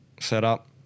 setup